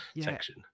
section